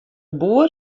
boer